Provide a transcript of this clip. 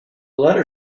letter